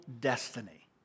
destiny